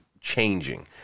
changing